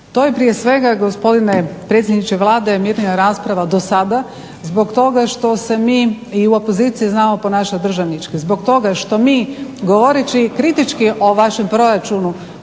to je prije svega gospodine predsjedniče Vlade mirnija rasprava do sada što se mi i u opoziciji znamo ponašati državnički, zbog toga što mi govoreći i kritički o vašem proračunu